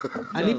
בגללך היו הבחירות.